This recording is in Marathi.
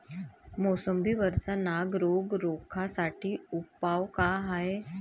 मोसंबी वरचा नाग रोग रोखा साठी उपाव का हाये?